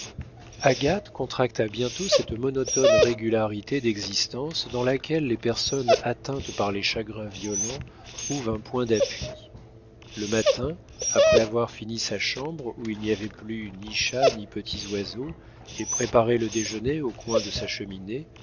agathe contracta bientôt cette monotone régularité d'existence dans laquelle les personnes atteintes par des chagrins violents trouvent un point d'appui le matin après avoir fini sa chambre où il n'y avait plus ni chats ni petits oiseaux et préparé le déjeuner au coin de sa cheminée